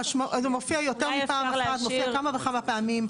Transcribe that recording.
זה מופיע כמה וכמה פעמים,